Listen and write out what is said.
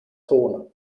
zone